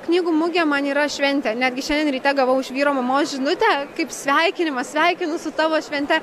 knygų mugė man yra šventė netgi šiandien ryte gavau iš vyro mamos žinutę kaip sveikinimą sveikinu su tavo švente